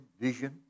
vision